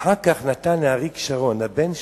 אחר כך נתן לבן שלו,